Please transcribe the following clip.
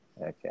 Okay